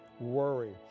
worry